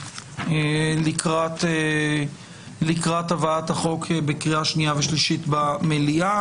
לקראת הבאת החוק בקריאה שנייה ושלישית במליאה.